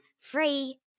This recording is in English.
Free